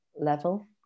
level